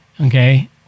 Okay